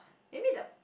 maybe the